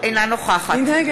נגד